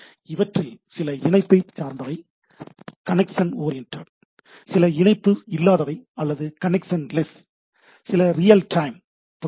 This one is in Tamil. இவற்றில் சில இணைப்பை சார்ந்தவை கனெக்சன் ஓரியண்டட் சில இணைப்பு இல்லாதவை அல்லது கனெக்சன்லெஸ் சில ரியல் டைம் ப்ரோட்டோகால்